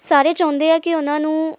ਸਾਰੇ ਚਾਹੁੰਦੇ ਆ ਕਿ ਉਹਨਾਂ ਨੂੰ